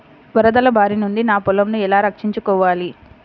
వరదల భారి నుండి నా పొలంను ఎలా రక్షించుకోవాలి?